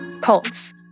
Cults